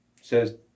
says